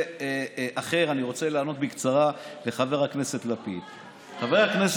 תודה רבה לחברת הכנסת שקד.